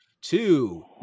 Two